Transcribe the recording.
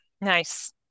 Nice